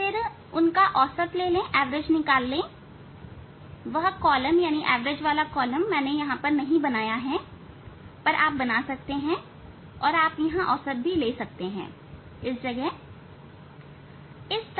और फिर उनका औसत ले वह कॉलम मैंने यहां नहीं बनाया है पर आप बना सकते हैं और आप यहां औसत ले सकते हैं यहां औसत ले सकते हैं